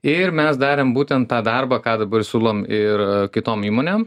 ir mes darėm būtent tą darbą ką dabar siūlom ir kitom įmonėm